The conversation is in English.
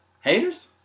Haters